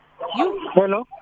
Hello